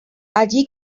allí